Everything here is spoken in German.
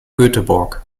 göteborg